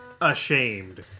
ashamed